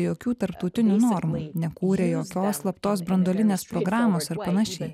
jokių tarptautinių normų nekūrė jokios slaptos branduolinės programos ar panašiai